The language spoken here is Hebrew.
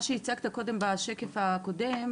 מה שהצגת קודם בשקף הקודם,